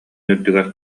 үрдүгэр